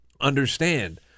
understand